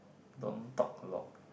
don't talk a lot